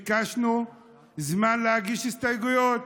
ביקשנו זמן להגיש הסתייגויות.